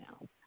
now